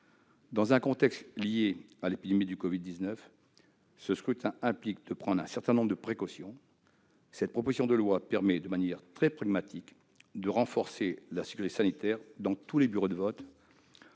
plus. Compte tenu de l'épidémie de Covid-19, ce scrutin implique de prendre un certain nombre de précautions. Cette proposition de loi permet, de manière très pragmatique, de renforcer la sécurité sanitaire dans tous les bureaux de vote.